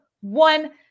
one